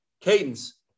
cadence